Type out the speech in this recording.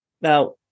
Now